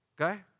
Okay